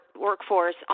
workforce